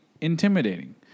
intimidating